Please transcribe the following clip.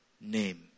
Name